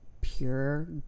pure